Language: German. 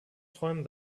träumen